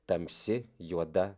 tamsi juoda